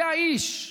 זה האיש.